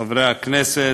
חברי הכנסת,